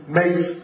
makes